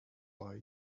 buy